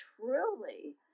truly